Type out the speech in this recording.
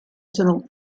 sono